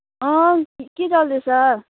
अँ के चल्दैछ